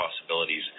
possibilities